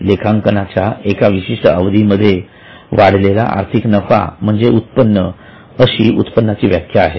लेखांकनाच्या एका विशिष्ट अवधी मध्ये वाढलेला आर्थिक नफा म्हणजे उत्पन्न अशी उत्पन्नाची व्याख्या आहे